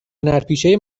هنرپیشه